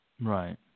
Right